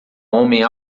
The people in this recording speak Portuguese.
homem